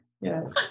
yes